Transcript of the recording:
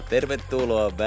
Tervetuloa